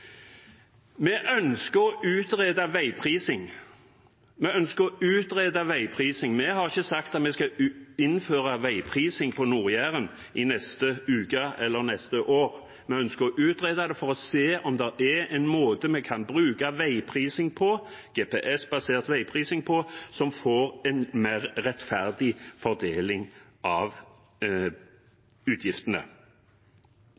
Vi ønsker å utrede veiprising. Vi har ikke sagt at vi skal innføre veiprising på Nord-Jæren i neste uke eller til neste år – vi ønsker å utrede det for å se om det er en måte vi kan bruke GPS-basert veiprising på som gir en mer rettferdig fordeling av